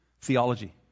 theology